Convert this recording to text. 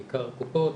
בעיקר הקופות,